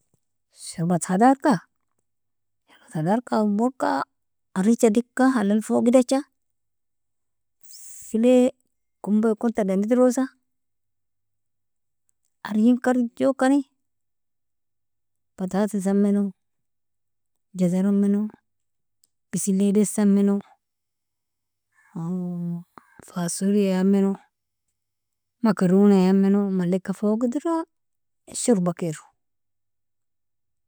Shorbt khadarka, shorbt khadarka awalka areja dika halal fogideja, feely kombokon tadan idrosa arejin karjokani bataisamino, jazaramino, besila desamino, fasoliamino, makronimino malika fogidra shorbakero.